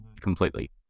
completely